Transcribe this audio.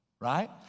right